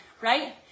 right